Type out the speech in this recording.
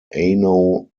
ano